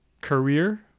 career